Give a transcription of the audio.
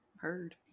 heard